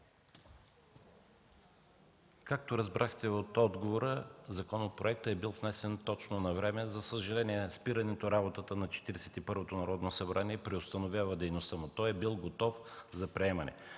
Както разбрахте от отговора, законопроектът е бил внесен точно навреме. За съжаление, спирането на работата на Четиридесет и първото Народно събрание преустановява дейността му. Той е бил готов за приемане.